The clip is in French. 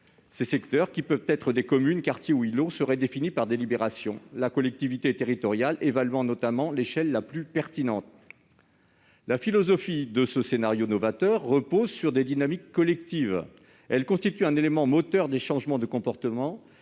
Ces secteurs, qui peuvent être des communes, des quartiers ou des îlots, seraient définis par délibération, la collectivité territoriale évaluant notamment l'échelle la plus pertinente. La philosophie de ce scénario novateur repose sur des dynamiques collectives. Elle constitue un élément moteur des changements de comportement,